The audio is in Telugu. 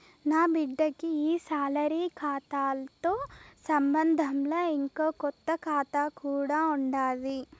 నాబిడ్డకి ఈ సాలరీ కాతాతో సంబంధంలా, ఇంకో కొత్త కాతా కూడా ఉండాది